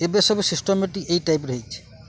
ଏବେ ସବ ସିଷ୍ଟମେଟିକ୍ ଏଇ ଟାଇପ ହେହିଛି